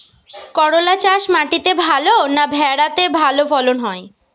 করলা চাষ মাটিতে ভালো না ভেরাতে ভালো ফলন হয়?